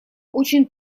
очень